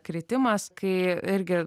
kritimas kai irgi